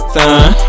time